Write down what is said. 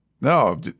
No